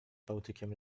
bałtykiem